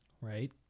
Right